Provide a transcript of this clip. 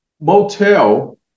motel